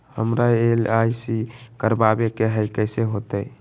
हमरा एल.आई.सी करवावे के हई कैसे होतई?